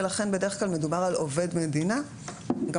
ולכן בדרך כלל מדובר על עובד מדינה וגם